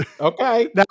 okay